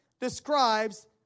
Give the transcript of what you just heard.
describes